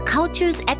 Cultures